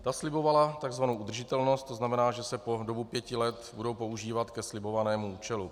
Ta slibovala takzvanou udržitelnost, to znamená, že se po dobu pěti let budou používat ke slibovanému účelu.